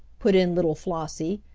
put in little flossie,